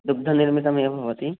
दुग्धनिर्मितमेव भवति